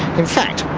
in fact,